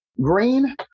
green